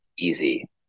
easy